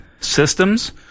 systems